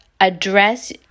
address